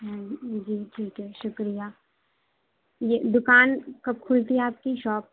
جی ٹھیک ہے شُکریہ یہ دُکان کب کُھلتی ہے آپ کی شاپ